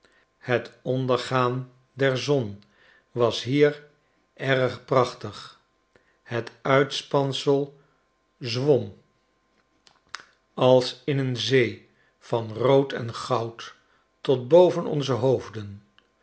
het ondergaan der zon was hier erg prachtig het uitspansel zwom als in een zee van rood en goud tot boven onze hoofden